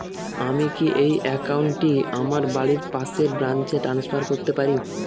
আমি কি এই একাউন্ট টি আমার বাড়ির পাশের ব্রাঞ্চে ট্রান্সফার করতে পারি?